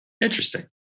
Interesting